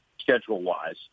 schedule-wise